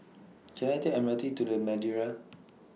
Can I Take M R T to The Madeira